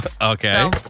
Okay